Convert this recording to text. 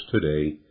today